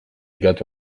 gato